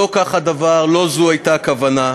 לא כך הדבר, לא זו הייתה הכוונה,